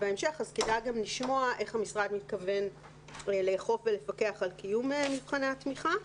אז כדאי גם לשמוע איך המשרד מתכוון לאכוף ולפקח על קיום מבחני התמיכה.